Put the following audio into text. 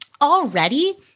Already